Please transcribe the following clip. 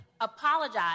apologize